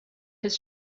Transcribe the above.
his